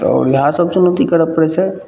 तऽ इहएसब चुनौती करै पड़ै छै